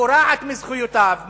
גורעת מזכויותיו,